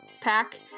pack